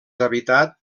habitat